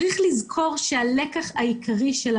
עברה חצי שנה ולא התקדם עם זה כמעט שום דבר.